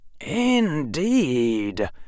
Indeed